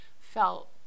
felt